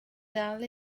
dal